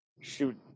shoot